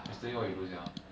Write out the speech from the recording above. yesterday what you do sia